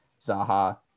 Zaha